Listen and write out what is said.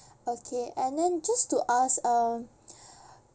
okay and then just to ask uh